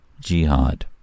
jihad